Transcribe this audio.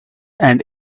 and